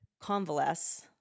convalesce